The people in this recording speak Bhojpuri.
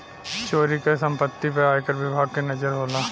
चोरी क सम्पति पे आयकर विभाग के नजर होला